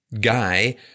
guy